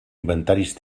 inventaris